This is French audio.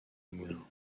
moulin